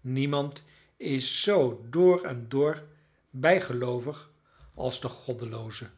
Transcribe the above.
niemand is zoo door en door bijgeloovig als de goddelooze